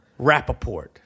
Rappaport